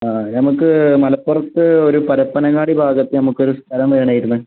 ആ ഞങ്ങൾക്ക് മലപ്പുറത്ത് ഒരു പരപ്പനങ്ങാടി ഭാഗത്ത് നമുക്കൊരു സ്ഥലം വേണാമായിരുന്നു